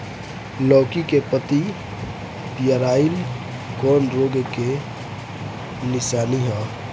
लौकी के पत्ति पियराईल कौन रोग के निशानि ह?